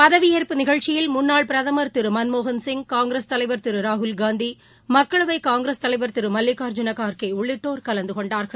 பதவியேற்ப்பு நிகழ்ச்சியில் முன்னாள் பிரதமர் திரு மன்மோகன் சிங் காங்கிரஸ் தலைவர் திரு ராகுல் காந்தி மக்களவை காங்கிரஸ் தலைவர் திரு மல்லிகார்ஜூன கார்கே உள்ளிட்டோர் கலந்து கொண்டார்கள்